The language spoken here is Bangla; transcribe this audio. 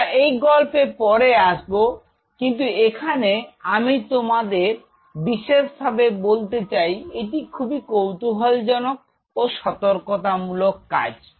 আমরা এই গল্পে পরে আসবো কিন্তু এখানে আমি তোমাদের বিশেষভাবে বলতে চাই এটি খুবই কৌতুহল জনক ও সতর্কতামূলক কাজ